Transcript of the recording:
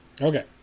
Okay